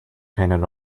painted